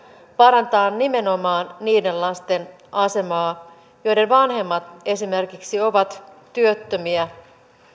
parantaa nimenomaan niiden lasten asemaa joiden vanhemmat ovat esimerkiksi työttömiä